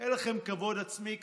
אין לכם כבוד עצמי קצת?